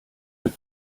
mit